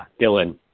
Dylan